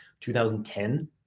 2010